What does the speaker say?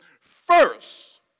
First